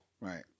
right